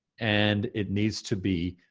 and it needs to be,